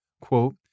quote